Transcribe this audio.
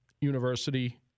University